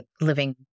living